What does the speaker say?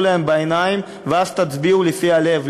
ואז תצביעו לפי הלב,